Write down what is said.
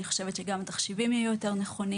אני חושבת שכך גם התחשיבים יהיו יותר נכונים